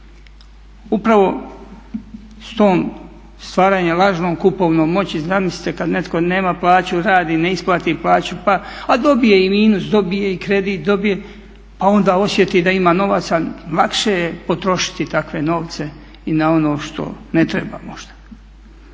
Upravo s tim stvaranjem lažnom kupovnom moći zamislite kada netko nema plaću, radi, ne isplati plaću pa a dobije i minus, dobije i kredit pa onda osjeti da ima novaca, lakše je potrošiti takve novce i na ono što ne treba možda.